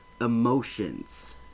emotions